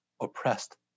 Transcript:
oppressed